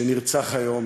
שנרצח היום